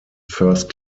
first